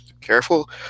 careful